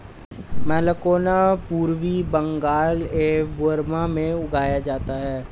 मैलाकोना पूर्वी बंगाल एवं बर्मा में उगाया जाता है